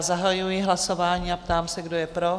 Zahajuji hlasování a ptám se, kdo je pro?